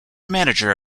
manager